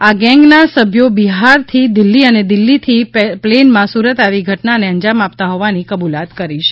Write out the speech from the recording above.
આ ગેંગના સભ્યો બિહારથી દિલ્ફી અને દિલ્ફીથી પ્લેનમાં સુરત આવી ઘટનાને અંજામ આપતા હોવાની કબૂલાત કરી છે